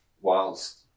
whilst